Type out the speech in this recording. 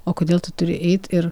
o kodėl tu turi eit ir